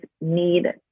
need